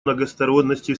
многосторонности